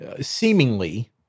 seemingly